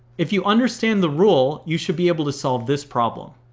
if you understand the rule, you should be able to solve this problem.